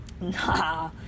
nah